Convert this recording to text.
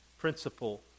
principle